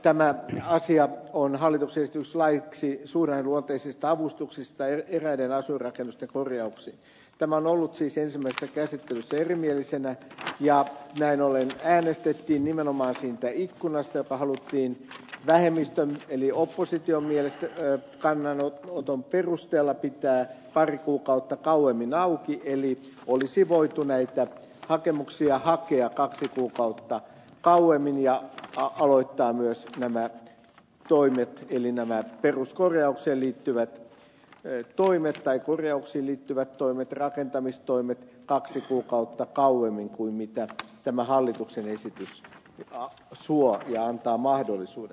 tämä asia hallituksen esitys laiksi suhdanneluonteisista avustuksista eräiden asuinrakennusten korjauksiin on ollut ensimmäisessä käsittelyssä erimielisenä ja näin ollen äänestettiin nimenomaan siitä ikkunasta joka haluttiin vähemmistön eli opposition kannanoton perusteella pitää pari kuukautta kauemmin auki eli olisi voitu näitä hakemuksia hakea kaksi kuukautta kauemmin ja aloittaa myös nämä toimet peruskorjaukseen liittyvät toimet tai korjauksiin liittyvät toimet rakentamistoimet kaksi kuukautta kauemmin kuin tämä hallituksen esitys suo ja antaa mahdollisuuden